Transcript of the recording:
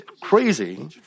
crazy